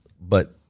But-